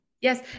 Yes